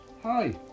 Hi